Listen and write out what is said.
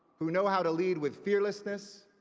who know how to lead with fearlessness,